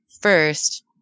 first